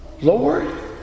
Lord